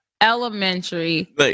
elementary